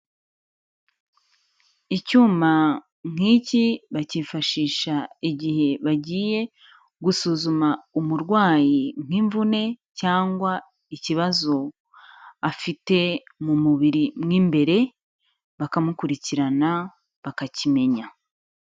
Icyuma nk'iki bakifashisha igihe bagiye gusuzuma umurwayi nk'imvune cyangwa ikibazo afite mu mubiri mo imbere, bakamukurikirana bakakimenya.